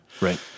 Right